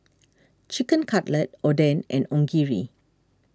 Chicken Cutlet Oden and Onigiri